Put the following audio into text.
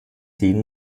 jeden